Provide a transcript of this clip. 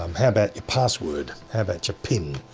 um how about your password? how about your pin?